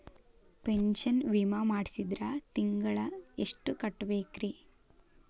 Pension ವಿಮಾ ಮಾಡ್ಸಿದ್ರ ತಿಂಗಳ ಎಷ್ಟು ಕಟ್ಬೇಕ್ರಿ?